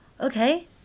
Okay